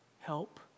help